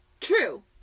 True